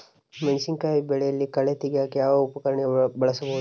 ಮೆಣಸಿನಕಾಯಿ ಬೆಳೆಯಲ್ಲಿ ಕಳೆ ತೆಗಿಯಾಕ ಯಾವ ಉಪಕರಣ ಬಳಸಬಹುದು?